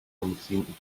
nemusím